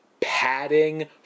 padding